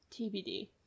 TBD